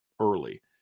early